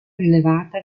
rilevata